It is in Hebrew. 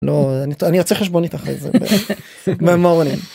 לא...אני רוצה חשבונית אחרי זה.